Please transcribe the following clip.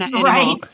Right